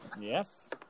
Yes